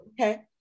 okay